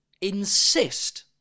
insist